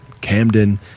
Camden